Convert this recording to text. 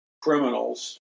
criminals